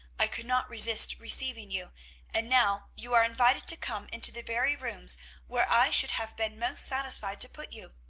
i could not resist receiving you and now you are invited to come into the very rooms where i should have been most satisfied to put you.